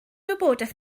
wybodaeth